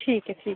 ठीक ऐ ठीक